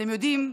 אתם יודעים,